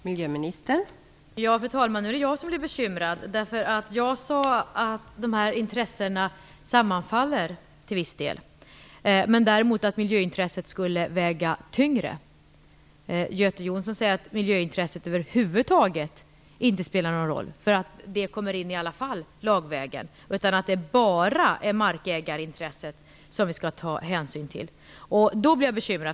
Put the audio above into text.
Fru talman! Nu är det jag som blir bekymrad. Jag sade att intressena till viss del sammanfaller, men att miljöintresset skulle väga tyngre. Göte Jonsson säger att miljöintresset över huvud taget inte spelar någon roll, eftersom det i alla fall kommer in lagvägen, utan att det bara är markägarintresset som vi skall ta hänsyn till. Då blir jag bekymrad.